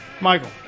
michael